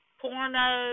porno